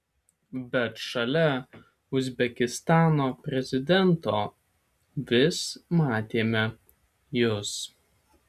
bet šalia uzbekistano prezidento vis matėme jus